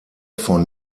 von